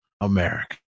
America